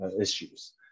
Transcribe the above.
issues